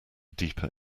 deeper